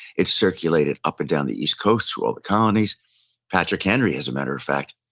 it's circulated up and down the east coast, through all the colonies patrick henry, as a matter of fact,